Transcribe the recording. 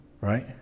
right